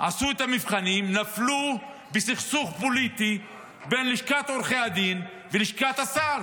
עשו את המבחנים נפלו בסכסוך פוליטי בין לשכת עורכי הדין ללשכת השר.